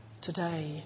today